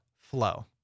Flow